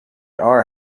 are